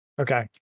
Okay